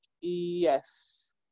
yes